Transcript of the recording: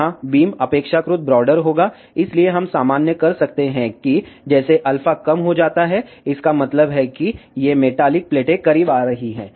यहां बीम अपेक्षाकृत ब्रॉडर होगा इसलिए हम सामान्य कर सकते हैं कि जैसे α कम हो जाता है इसका मतलब है कि ये मेटालिक प्लेटें करीब आ रही हैं